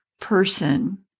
person